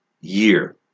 year